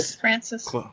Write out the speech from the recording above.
Francis